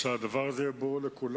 שהדבר הזה יהיה ברור לכולנו.